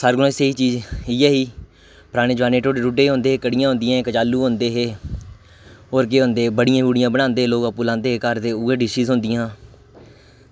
सारें कोला स्हेई चीज इयै ही पराने जमानै टोड्डे टुड्डे होंदे हे कढ़ियां होंदियां हियां कचालूं होंदे हे और केह् होंदे बड़ियां बुड़ियां बनांदे हे लोग अप्पू लांदे हे घर ते उऐ डिशेस होंदियां हियां